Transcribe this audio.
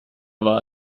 war